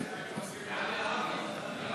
את הצעת חוק הביטוח הלאומי (תיקון,